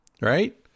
Right